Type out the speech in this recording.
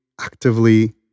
actively